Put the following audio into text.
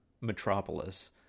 metropolis